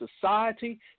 society